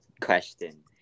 question